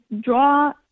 draw